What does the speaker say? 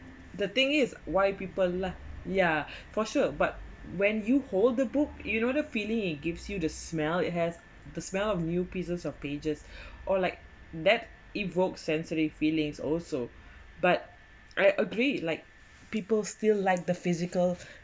the thing is why people lah yeah for sure but when you hold the book you know the feeling it gives you the smell it has the smell of new pieces of pages or like that evokes sensory feelings also but I agree like people still like the physical